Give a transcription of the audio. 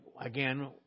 again